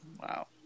Wow